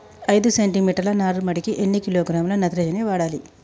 ఐదు సెంటి మీటర్ల నారుమడికి ఎన్ని కిలోగ్రాముల నత్రజని వాడాలి?